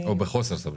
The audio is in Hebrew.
או בחוסר סבלנות.